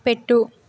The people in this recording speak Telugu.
పెట్టు